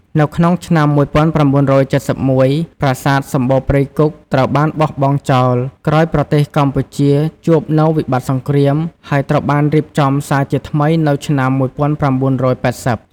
នៅក្នុងឆ្នាំ១៩៧១ ប្រាសាទសំបូរព្រៃគុកត្រូវបានបោះបង់ចោល ក្រោយប្រទេសកម្ពុជាជួបនូវវិបត្តិសង្រ្គាម ហើយត្រូវបានរៀបចំសារជាថ្មីនៅឆ្នាំ១៩៨០។